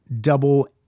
double